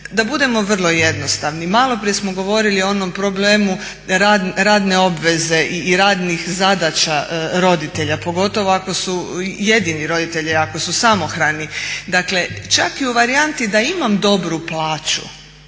Da budemo vrlo jednostavni, malo prije smo govorili o onom problemu radne obveze i radnih zadaća roditelja pogotovo ako su jedini roditelji ako su samohrani, dakle čak i u varijanti da imam dobru plaću